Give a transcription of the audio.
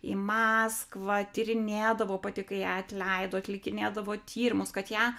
į maskvą tyrinėdavo pati kai ją atleido atlikinėdavo tyrimus kad ją